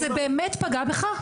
זה באמת פגע בך?